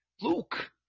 Luke